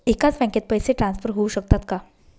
एकाच बँकेत पैसे ट्रान्सफर होऊ शकतात का?